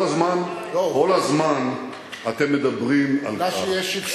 כל הזמן אתם מדברים על כך,